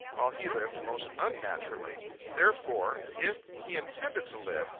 while he lived most unnaturally therefore, if he intended to live,